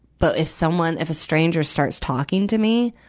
but if someone, if a stranger starts talking to me,